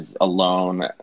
alone